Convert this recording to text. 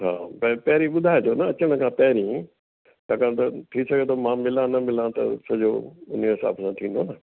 हा प पहिरीं ॿुधाए जो न अचण खां पहिरीं छाकाणि त थी सघे थो मां मिलां न मिलां त सॼो उन्हीअ हिसाब सां थींदो न